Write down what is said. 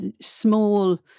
small